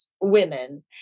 women